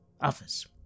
others